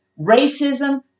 racism